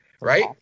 right